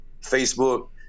Facebook